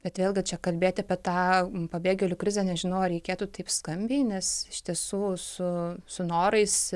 bet vėlgi čia kalbėti apie tą pabėgėlių krizę nežinau ar reikėtų taip skambiai nes iš tiesų su su norais